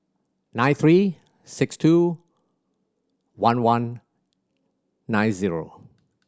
nine three six two one one nine zero